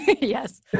yes